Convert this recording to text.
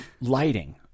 lighting